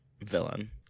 Villain